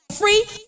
Free